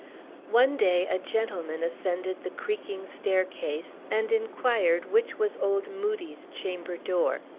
one day a gentleman ascended the creaking staircase, and inquired which was old moodie's chamber door.